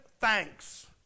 thanks